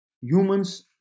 humans